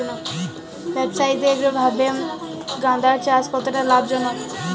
ব্যবসায়িকভাবে গাঁদার চাষ কতটা লাভজনক?